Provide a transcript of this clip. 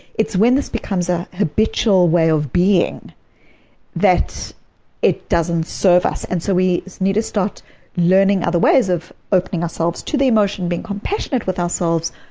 it's when this becomes a habitual way of being that it doesn't serve us. and so we need to start learning other ways of opening ourselves to the emotions and being compassionate with ourselves,